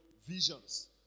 visions